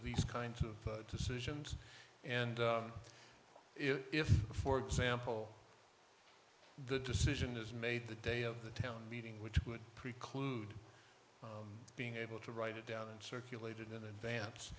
these kinds of decisions and if for example the decision is made the day of the town meeting which would preclude being able to write it down and circulated in advance